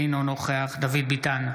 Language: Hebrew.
אינו נוכח דוד ביטן,